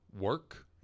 work